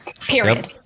period